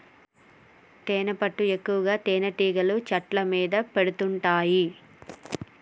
తేనెపట్టు ఎక్కువగా తేనెటీగలు చెట్ల మీద పెడుతుంటాయి